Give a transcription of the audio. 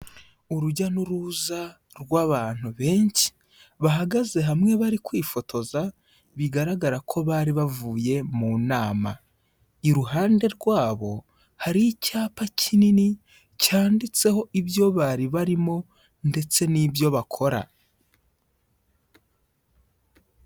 Urujya n'uruza rw'abantu benshi bahagaze hamwe bari kwifotoza bigaragara ko bari bavuye munama, iruhande rwabo hari icyapa kinini cyanditseho ibyo bari barimo ndetse n'ibyo bakora.